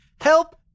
Help